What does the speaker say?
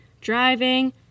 driving